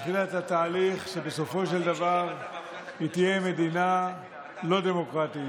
התחילה תהליך שבסופו של דבר היא תהיה מדינה לא דמוקרטית,